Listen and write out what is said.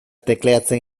tekleatzen